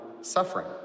suffering